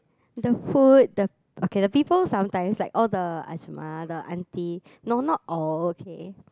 the food the okay the people sometimes like all the Ajumma the aunty no not all okay